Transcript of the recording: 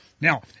Now